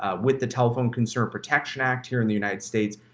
ah with the telephone consumer protection act here in the united states,